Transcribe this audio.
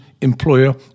employer